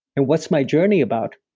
and what's my journey about?